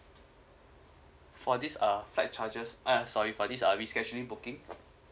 for this err flight charges uh sorry for this rescheduling booking